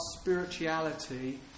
spirituality